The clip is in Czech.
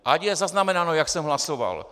Ať je zaznamenáno, jak jsem hlasoval.